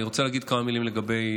אני רוצה להגיד כמה מילים לגבי